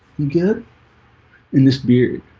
you get in this beard,